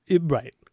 Right